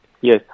Yes